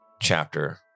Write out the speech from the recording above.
chapter